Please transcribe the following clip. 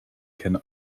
can